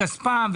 כספם.